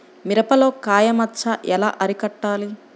మిరపలో కాయ మచ్చ ఎలా అరికట్టాలి?